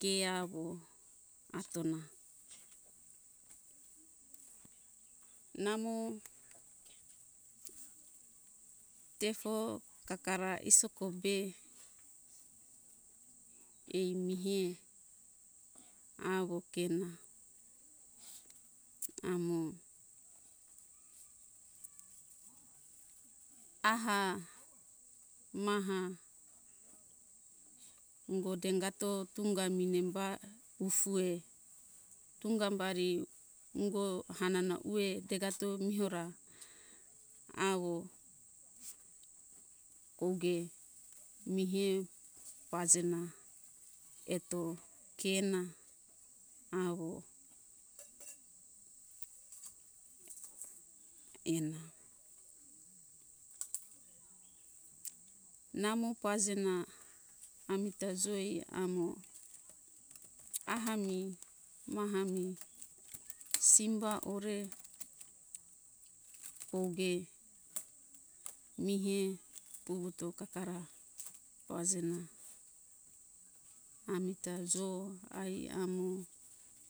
ke awo atona namo tefo kakara isoko be aimihe awo kena amo aha maha ungo dengato tunga minemba ufue tungam bari ungo hanana ue degato mihora awo kouge mihe pajena eto kena awo ena namo pajena amita joe amo aha mi maha mi simba ore kouge mihe puwuto kakara pazena amita jo ai amo